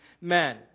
men